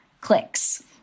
clicks